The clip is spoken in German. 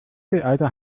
mittelalter